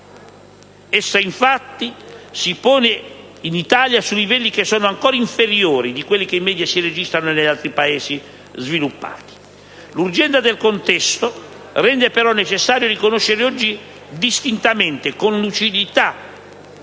Esso infatti si pone oggi in Italia su livelli che sono ancora inferiori a quelli che in media si registrano negli altri Paesi sviluppati. L'urgenza del contesto rende però necessario riconoscere oggi distintamente, con lucidità